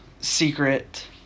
secret